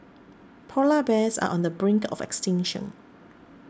Polar Bears are on the brink of extinction